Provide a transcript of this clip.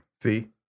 See